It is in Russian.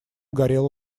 горела